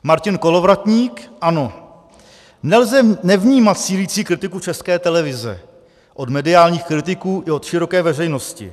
Martin Kolovratník, ANO: Nelze nevnímat sílící kritiku České televize od mediálních kritiků i od široké veřejnosti.